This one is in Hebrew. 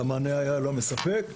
שהמענה היה לא מספק.